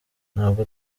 ntabwo